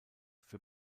für